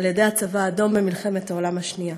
על-ידי הצבא האדום במלחמת העולם השנייה.